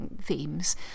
themes